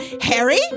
Harry